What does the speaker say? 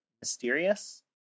mysterious